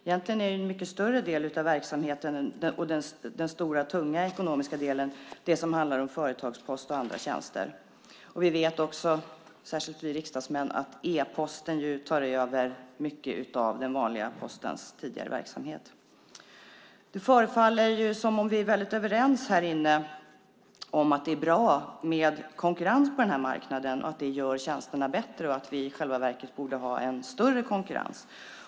Egentligen är en större del av verksamheten, och den tunga ekonomiska delen, det som handlar om företagspost och andra tjänster. Vi vet också, särskilt vi riksdagsmän, att e-posten tar över mycket av den vanliga Postens tidigare verksamhet. Det förefaller som om vi är överens om att det är bra med konkurrens på den här marknaden, att det gör tjänsterna bättre och att vi i själva verket borde ha större konkurrens.